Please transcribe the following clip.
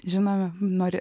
žinome nori